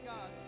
God